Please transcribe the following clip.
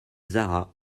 zara